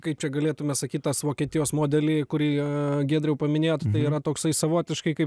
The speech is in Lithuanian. kai čia galėtume sakyt tas vokietijos modelį kurį giedriau paminėtjot tai yra toksai savotiškai